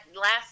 last